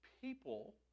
people